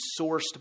sourced